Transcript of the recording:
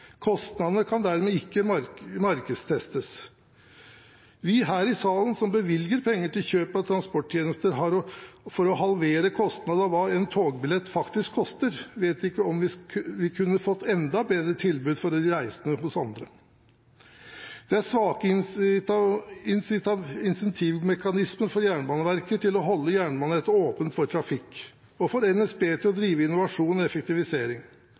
Kostnadene kan dermed ikke markedstestes. Vi her i salen, som bevilger penger til kjøp av transporttjenester for å halvere kostnaden av hva en togbillett faktisk koster, vet ikke om vi kunne fått et enda bedre tilbud for de reisende hos andre. Det er svake incentivmekanismer for Jernbaneverket til å holde jernbanenettet åpent for trafikk og for NSB til å drive innovasjon og effektivisering,